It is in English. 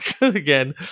again